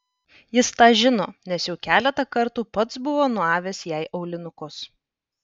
jis tą žino nes jau keletą kartų pats buvo nuavęs jai aulinukus